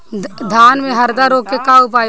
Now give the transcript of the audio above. धान में हरदा रोग के का उपाय बा?